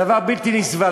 זה דבר בלתי נסבל.